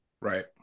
Right